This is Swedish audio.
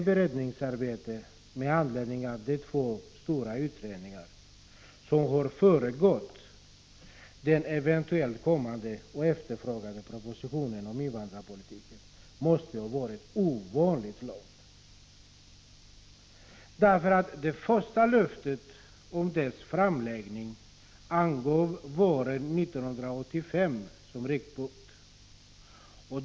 Beredningsarbetet med anledning av de två stora utredningar som har föregått den eventuellt kommande och efterfrågade propositionen om invandrarpolitiken har varit ovanligt tidskrävande. I det första löftet om propositionens framläggande angavs våren 1985 som riktpunkt.